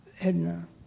Edna